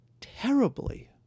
terribly